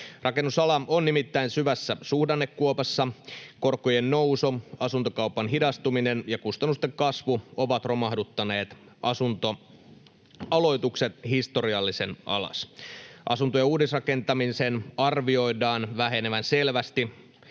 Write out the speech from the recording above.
Rakennusala on nimittäin syvässä suhdannekuopassa — korkojen nousu, asuntokaupan hidastuminen ja kustannusten kasvu ovat romahduttaneet asuntoaloitukset historiallisen alas. Asuntojen uudisrakentamisen arvioidaan vähenevän selvästi